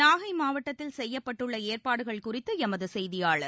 நாகை மாவட்டத்தில் செய்யப்பட்டுள்ள ஏற்பாடுகள் குறித்து எமது செய்தியாளர்